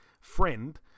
Friend